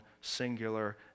singular